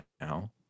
now